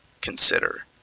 consider